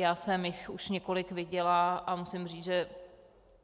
Já jsem jich už několik viděla a musím říci, že